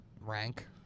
rank